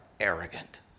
arrogant